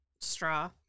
straw